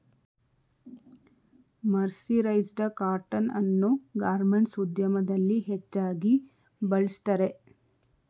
mercerised cotton ಅನ್ನು garments ಉದ್ಯಮದಲ್ಲಿ ಹೆಚ್ಚಾಗಿ ಬಳ್ಸತ್ತರೆ